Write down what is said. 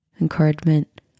encouragement